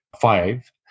five